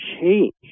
change